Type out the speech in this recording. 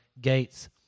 gates